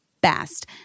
best